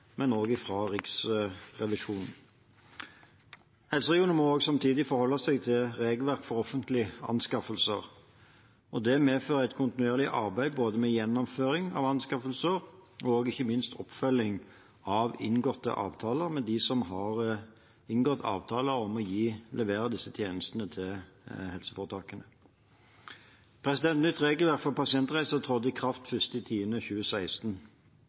men også fra Riksrevisjonen. Helseregionene må samtidig forholde seg til regelverk for offentlige anskaffelser. Det medfører et kontinuerlig arbeid både med gjennomføringen av anskaffelser og ikke minst med oppfølgingen av inngåtte avtaler om å levere disse tjenestene til helseforetakene. Nytt regelverk for pasientreiser trådte i kraft den 1. oktober 2016.